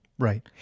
Right